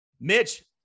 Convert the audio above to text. Mitch